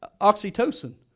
oxytocin